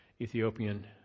Ethiopian